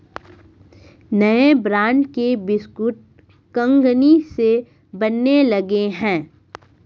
नए ब्रांड के बिस्कुट कंगनी से बनने लगे हैं